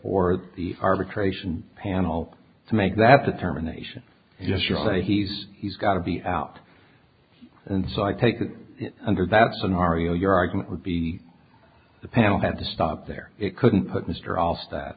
for the arbitration panel to make that determination yes you're say he's he's got to be out and so i take that under that scenario your argument would be the panel had to stop there it couldn't put mr